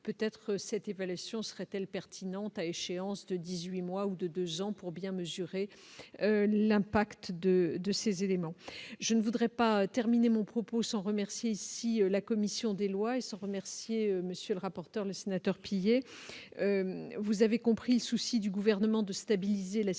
peut-être cette évaluation serait-elle pertinente à échéance de 18 mois ou de 2 ans pour bien mesurer l'impact de de ses éléments, je ne voudrais pas terminer mon propos sont remercier ici, la commission des lois, et remercier monsieur le rapporteur, le sénateur, vous avez compris le souci du gouvernement de stabiliser la situation